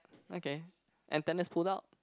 okay antennae pulled out